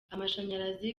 amashanyarazi